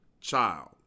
child